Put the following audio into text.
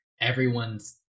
everyone's